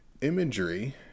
imagery